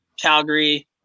Calgary